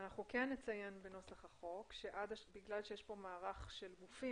אנחנו נציין בנוסח החוק שבגלל שיש פה מערך של גופים